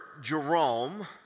Jerome